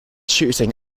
shooting